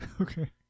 Okay